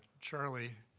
charlie,